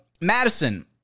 Madison